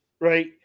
right